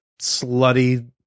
slutty